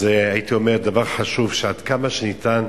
זה דבר חשוב שעד כמה שניתן,